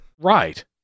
Right